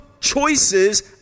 Choices